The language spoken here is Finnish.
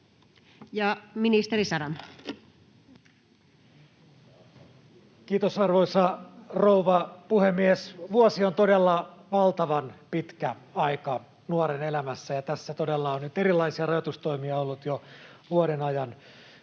Ja ministeri Saramo. Arvoisa rouva puhemies! Vuosi on todella valtavan pitkä aika nuoren elämässä, ja tässä todella on nyt erilaisia rajoitustoimia ollut jo vuoden ajan.